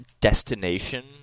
destination